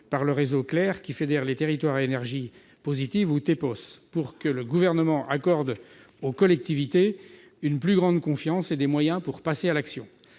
par le réseau CLER, qui fédère les territoires à énergie positive, ou TEPOS, pour que le Gouvernement accorde aux collectivités une plus grande confiance et des moyens pour passer à l'action.